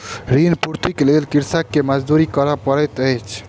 ऋण पूर्तीक लेल कृषक के मजदूरी करअ पड़ैत अछि